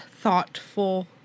thoughtful